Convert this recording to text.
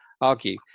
argue